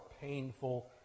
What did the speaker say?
painful